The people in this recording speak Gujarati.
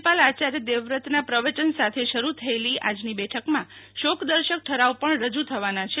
રાજયપાલ આ ચાર્ય દેવવ્રતના પ્રવચન સાથે શરૂ થયેલી આજની બેઠકમાં શોકદર્શક ઠરાવ પણ રજૂ થવાના છે